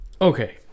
Okay